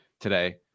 today